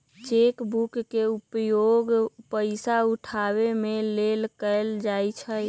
cheque book के उपयोग पइसा उठाबे के लेल कएल जाइ छइ